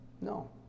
no